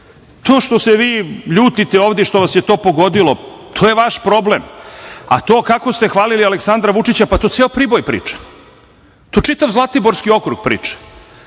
što se vi ljutite ovde i što vas je to pogodilo, to je vaš problem, a to kako ste hvalili Aleksandra Vučića, pa to ceo Priboj priča. To čitav Zlatiborski okrug priča.